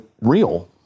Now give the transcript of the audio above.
real